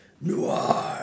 Noir